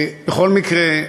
בכל מקרה,